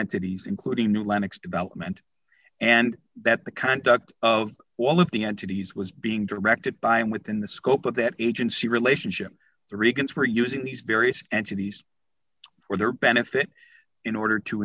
entities including gnu linux development and that the conduct of all of the entities was being directed by him within the scope of that agency relationship the reagans were using these various entities for their benefit in order to